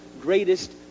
greatest